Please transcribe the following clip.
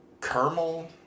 caramel